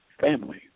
family